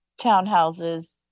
townhouses